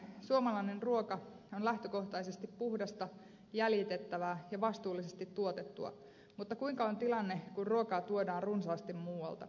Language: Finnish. suomalainen ruoka on lähtökohtaisesti puhdasta jäljitettävää ja vastuullisesti tuotettua mutta mikä on tilanne kun ruokaa tuodaan runsaasti muualta